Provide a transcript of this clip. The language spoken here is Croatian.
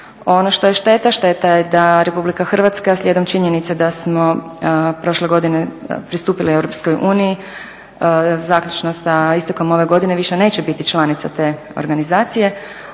Ono što je šteta, šteta je da Republika Hrvatska slijedom činjenice da smo prošle godine pristupili EU zaključno sa istekom ove godine više neće biti članica te organizacije,